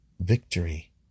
victory